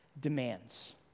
demands